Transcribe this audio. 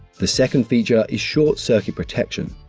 the second feature is short-circuit protection.